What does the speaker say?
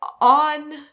on